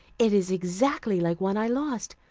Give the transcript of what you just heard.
it is exactly like one i lost.